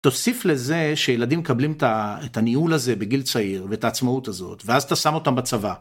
תוסיף לזה שילדים מקבלים את הניהול הזה, בגיל צעיר, ואת העצמאות הזאת... ואז אתה שם אותם בצבא.